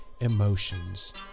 emotions